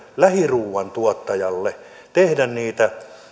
lähiruuan tuottajille tulee mahdollisuus tehdä